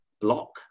block